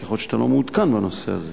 כי יכול להיות שאתה לא מעודכן בנושא הזה.